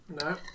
no